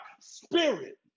spirit